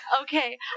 okay